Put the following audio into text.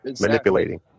manipulating